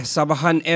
Sabahan